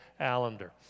Allender